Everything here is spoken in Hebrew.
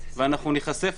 ואנחנו נחשף,